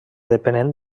dependent